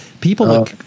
people